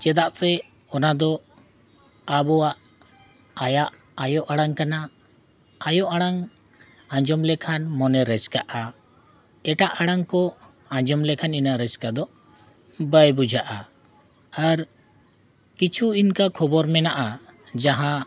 ᱪᱮᱫᱟᱜ ᱥᱮ ᱚᱱᱟ ᱫᱚ ᱟᱵᱚᱣᱟᱜ ᱟᱭᱟᱜ ᱟᱭᱳ ᱟᱲᱟᱝ ᱠᱟᱱᱟ ᱟᱭᱳ ᱟᱲᱟᱝ ᱟᱸᱡᱚᱢ ᱞᱮᱠᱷᱟᱱ ᱢᱚᱱᱮ ᱨᱟᱹᱥᱠᱟᱹᱜᱼᱟ ᱮᱴᱟᱜ ᱟᱲᱟᱝ ᱠᱚ ᱟᱸᱡᱚᱢ ᱞᱮᱠᱷᱟᱱ ᱤᱱᱟᱹ ᱨᱟᱹᱥᱠᱟᱹ ᱫᱚ ᱵᱟᱭ ᱵᱩᱡᱷᱟᱹᱜᱼᱟ ᱟᱨ ᱠᱤᱪᱷᱩ ᱤᱱᱠᱟᱹ ᱠᱷᱚᱵᱚᱨ ᱢᱮᱱᱟᱜᱼᱟ ᱡᱟᱦᱟᱸ